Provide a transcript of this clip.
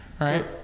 Right